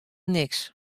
neat